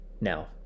Now